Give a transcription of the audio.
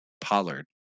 Pollard